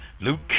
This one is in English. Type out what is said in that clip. Luke